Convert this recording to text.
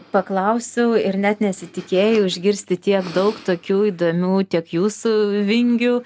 paklausiau ir net nesitikėjau išgirsti tiek daug tokių įdomių tiek jūsų vingių